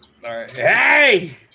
Hey